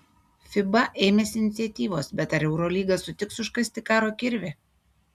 fiba ėmėsi iniciatyvos bet ar eurolyga sutiks užkasti karo kirvį